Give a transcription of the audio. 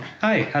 hi